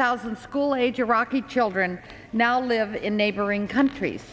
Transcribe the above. thousand school age iraqi children now live in neighboring countries